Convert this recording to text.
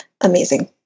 amazing